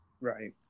Right